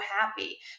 happy